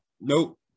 Nope